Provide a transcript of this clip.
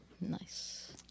Nice